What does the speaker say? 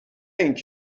اینه